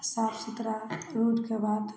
साफ सुथरा रोडके बात